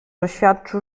oświadczył